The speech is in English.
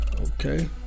okay